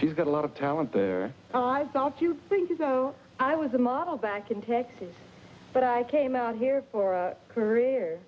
she's got a lot of talent there i thought you think so i was a model back in texas but i came out here for a career